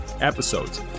episodes